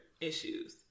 issues